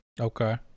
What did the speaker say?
Okay